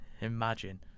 imagine